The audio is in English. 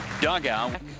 dugout